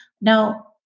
now